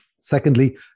Secondly